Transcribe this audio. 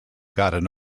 gotten